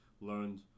learned